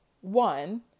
One